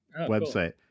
website